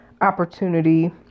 opportunity